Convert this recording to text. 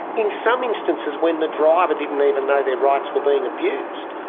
in some instances when the driver didn't even know their rights were being abused.